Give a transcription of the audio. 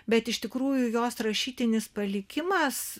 bet iš tikrųjų jos rašytinis palikimas